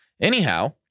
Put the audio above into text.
Anyhow